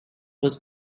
was